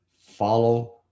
Follow